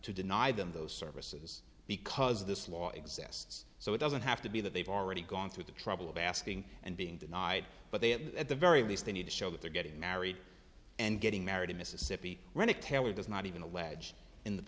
to deny them those services because this law exists so it doesn't have to be that they've already gone through the trouble of asking and being denied but they have at the very least they need to show that they're getting married and getting married in mississippi rennick taylor does not even allege in the